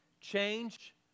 Change